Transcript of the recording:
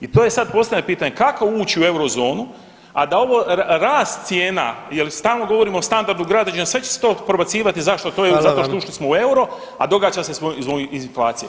I to je sad postavljam pitanje, kako ući u Eurozonu, a da ovo rast cijena jer stalno govorimo o standardu građana, sve će se to prebacivati, zašto to, ili zato što ušli smo u euro, a [[Upadica: Hvala vam.]] događa se iz inflacije.